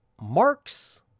marks